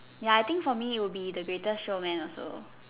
ya I think for me it will be the Greatest Showman also